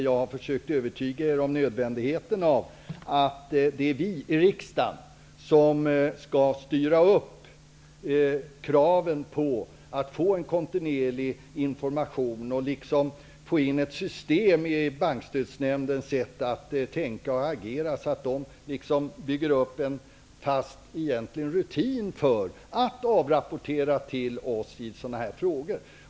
Jag har försökt övertyga Rolf Dahlberg om att vi i riksdagen skall ställa krav på att få kontinuerlig information och på att Bankstödsnämnden bygger upp en fast rutin för att avrapportera till oss i sådana här frågor.